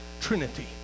Trinity